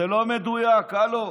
זה לא מדויק, הלו.